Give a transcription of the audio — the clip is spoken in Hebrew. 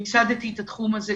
אז מיסדתי את התחום הזה.